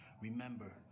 Remember